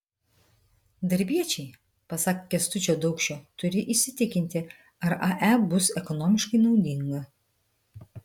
darbiečiai pasak kęstučio daukšio turi įsitikinti ar ae bus ekonomiškai naudinga